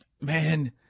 man